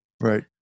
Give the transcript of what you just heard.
Right